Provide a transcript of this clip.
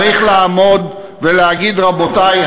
צריך לעמוד ולהגיד: רבותי,